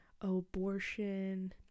abortion